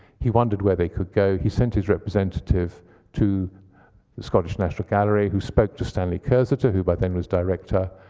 he wondered whether they could go. he sent his representative to the scottish national gallery, who spoke to stanley cursiter, who by then was director,